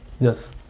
yes